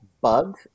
Bug